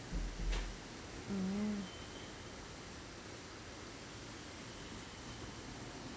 mm